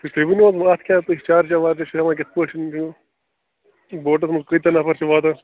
تُہۍ ؤنِوا اَتھ کیٛاہ تُہۍ چارجا وارجا چھِ ہٮ۪ون کِتھٕ پٲٹھۍ چھُم دیُن بوٹَس منٛز کٕتیٛاہ نفر چھِ واتان